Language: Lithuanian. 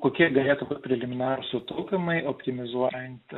kokie galėtų būt preliminarūs sutaupymai optimizuojant